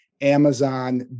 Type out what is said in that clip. Amazon